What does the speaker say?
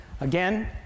Again